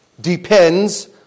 depends